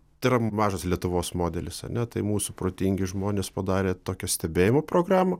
tai yra mažas lietuvos modelis ar ne tai mūsų protingi žmonės padarė tokią stebėjimo programą